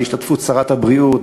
בהשתתפות שרת הבריאות,